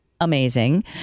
amazing